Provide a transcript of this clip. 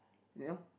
you know